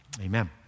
Amen